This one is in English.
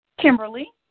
kimberly